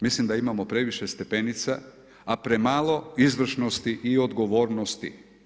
Mislim da imamo previše stepenica a premalo izvršnosti i odgovornosti.